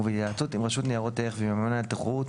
ובהתייעצות עם רשות ניירות ערך ועם הממונה על התחרות,